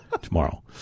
tomorrow